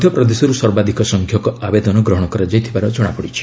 ମଧ୍ୟପ୍ରଦେଶରୁ ସର୍ବାଧିକ ସଂଖ୍ୟକ ଆବେଦନ ଗ୍ରହଣ କରାଯାଇଥିବାର ଜଣାପଡ଼ିଛି